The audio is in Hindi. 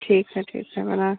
ठीक है फिर से बना